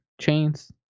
chains